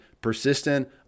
persistent